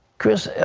chris,